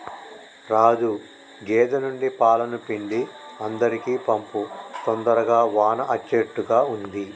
రాజు గేదె నుండి పాలను పిండి అందరికీ పంపు తొందరగా వాన అచ్చేట్టుగా ఉంది